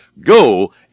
Go